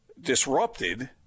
disrupted